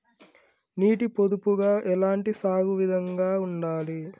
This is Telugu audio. నీటి పొదుపుగా ఎలాంటి సాగు విధంగా ఉండాలి?